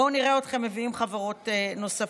בואו נראה אתכם מביאים חברות נוספות.